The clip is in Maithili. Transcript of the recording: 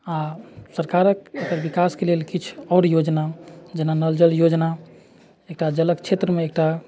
आ सरकारक एकर विकासके लेल किछु आओर योजना जेना नल जल योजना एकटा जलक क्षेत्रमे एकटा